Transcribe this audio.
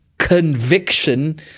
conviction